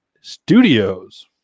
studios